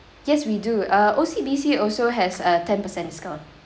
yes we do uh O_C_B_C also has a ten percent discount